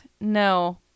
no